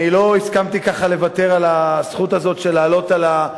אני לא הסכמתי ככה לוותר על הזכות הזאת של לעלות על,